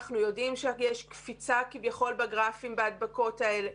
אנחנו יודעים שיש קפיצה כביכול בגרפים בהדבקות האלה,